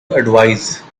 advise